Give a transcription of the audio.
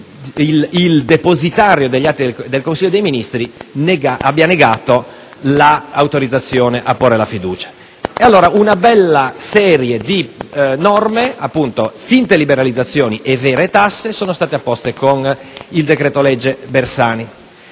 il depositario degli atti del Consiglio dei ministri abbia negato l'autorizzazione a porre la fiducia. E così, una bella serie di norme, di finte liberalizzazioni e vere tasse, sono state poste con il decreto Bersani.